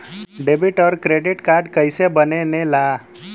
Debit और credit card कईसे बने ने ला?